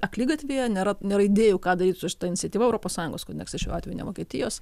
akligatvyje nėra nėra idėjų ką daryt su šita iniciatyva europos sąjungos kontekste šiuo atveju ne vokietijos